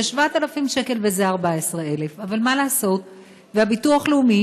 זה 7,000 שקל וזה 14,000. אבל מה לעשות והביטוח הלאומי,